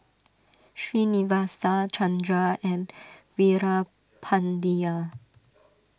Srinivasa Chandra and Veerapandiya